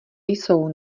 jsou